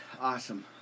awesome